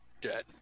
dead